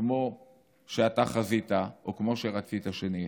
כמו שאתה חזית או כמו שרצית שנהיה.